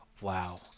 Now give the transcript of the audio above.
Wow